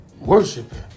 worshiping